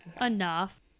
enough